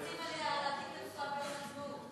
אנחנו ממליצים עליה להדליק את המשואה ביום העצמאות.